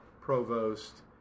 Provost